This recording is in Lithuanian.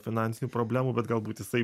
finansinių problemų bet galbūt jisai